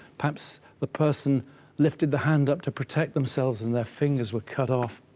perhaps the person lifted the hand up to protect themselves and their fingers were cut off